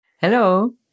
Hello